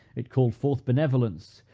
it called forth benevolence,